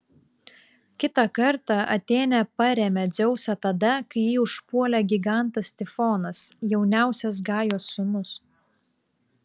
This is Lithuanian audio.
kitą kartą atėnė parėmė dzeusą tada kai jį užpuolė gigantas tifonas jauniausias gajos sūnus